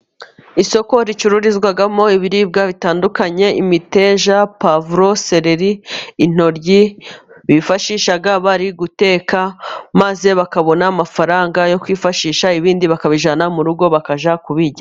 Isoko ricururizwamo ibiribwa bitandukanye: imiteja, puwavuro, sereri, intoryi bifashisha bari guteka, maze bakabona amafaranga yo kwifashisha, ibindi bakabijyana mu rugo bakajya kubirya.